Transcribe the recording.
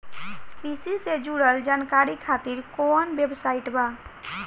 कृषि से जुड़ल जानकारी खातिर कोवन वेबसाइट बा?